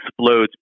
explodes